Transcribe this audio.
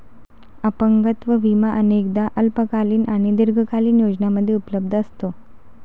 अपंगत्व विमा अनेकदा अल्पकालीन आणि दीर्घकालीन योजनांमध्ये उपलब्ध असतो